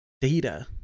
data